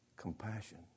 Compassion